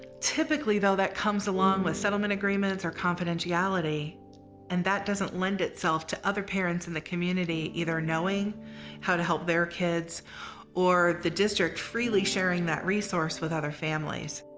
typically though that comes along with settlement agreements or confidentiality and that doesn't lend itself to other parents in the community either knowing how to help their kids or the district freely sharing that resource with other families.